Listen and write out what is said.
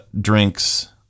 Drinks